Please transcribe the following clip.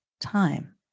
time